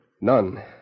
None